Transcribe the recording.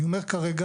אני אומר כרגע